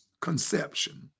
conception